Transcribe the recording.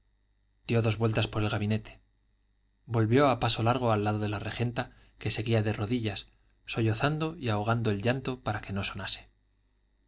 dio dos vueltas por el gabinete volvió a paso largo al lado de la regenta que seguía de rodillas sollozando y ahogando el llanto para que no sonase